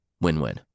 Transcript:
win-win